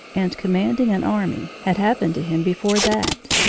and commanding an army, had happened to him before that.